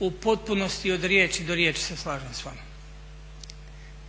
u potpunosti od riječi do riječi se slažem s vama.